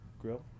Grill